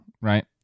right